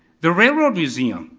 the railroad museum.